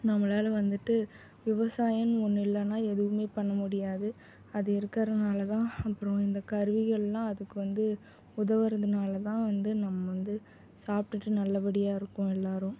நம்மளால் வந்துட்டு விவசாயம்னு ஒன்று இல்லைன்னா எதுவும் பண்ண முடியாது அது இருக்கிறதுனால தான் அப்புறம் இந்த கருவிகள்லாம் அதுக்கு வந்து உதவுகிறதுனால தான் வந்து நம்ம வந்து சாப்பிட்டுட்டு நல்லபடியாக இருக்கோம் எல்லோரும்